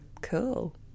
Cool